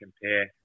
compare